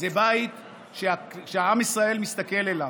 זה בית שעם ישראל מסתכל אליו.